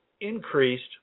increased